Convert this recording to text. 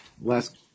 last